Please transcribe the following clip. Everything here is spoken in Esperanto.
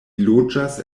loĝas